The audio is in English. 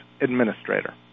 Administrator